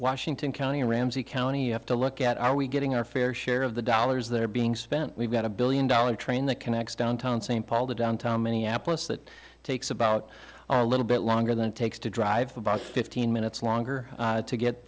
washington county ramsey county you have to look at are we getting our fair share of the dollars they're being spent we've got a billion dollar train that connects downtown st paul to downtown minneapolis that takes about a little bit longer than it takes to drive about fifteen minutes longer to get